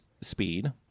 speed